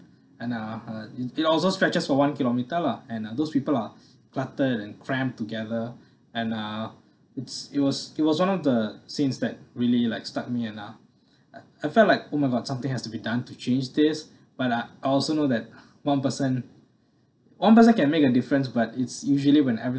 and uh uh it it also stretches for one kilometer lah and uh those people are cluttered and crammed together and uh it's it was it was one of the scenes that really like stuck me and uh I felt like oh my god something has to be done to change this but uh I also know that one person one person can make a difference but it's usually when every